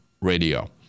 radio